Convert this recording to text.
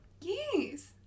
Yes